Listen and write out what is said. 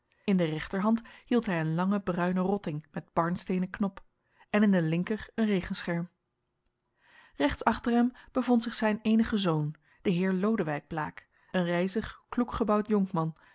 in de rechterhand hield hij een langen bruinen rotting met barnsteenen knop en in de linker een regenscherm rechts achter hem bevond zich zijn eenige zoon de heer lodewijk blaek een rijzig kloek gebouwd jonkman